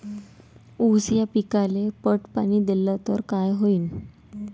ऊस या पिकाले पट पाणी देल्ल तर काय होईन?